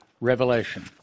Revelation